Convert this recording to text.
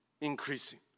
increasing